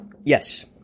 Yes